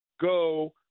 go